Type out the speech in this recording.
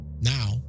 now